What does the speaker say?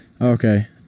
Okay